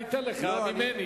אני אתן לך ממני.